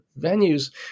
venues